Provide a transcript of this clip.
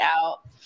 out